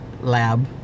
lab